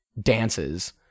dances